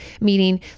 Meaning